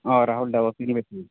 অঁ ৰাহুল দা অ' চিনি পাইছোঁ